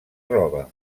roba